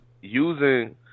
using